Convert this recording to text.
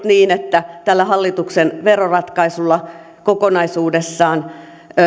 niin että tällä hallituksen veroratkaisulla kokonaisuudessaan